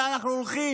לאן אנחנו הולכים.